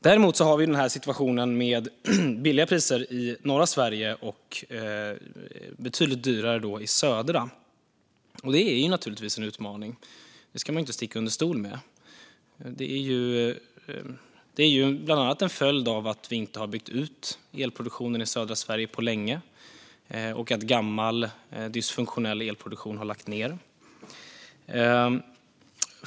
Däremot har vi en situation med låga priser i norra Sverige och betydligt högre priser i södra Sverige. Det är en utmaning. Det ska man inte sticka under stol med. Det är bland annat en följd av att vi inte har byggt ut elproduktionen i södra Sverige på länge och att gammal, dysfunktionell elproduktion har lagts ned.